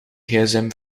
gsm